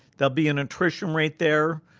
there'll be an attrition rate there,